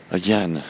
again